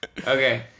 okay